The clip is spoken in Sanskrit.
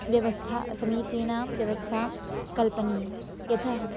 व्यवस्था समीचीनां व्यवस्थां कल्पनीया यतः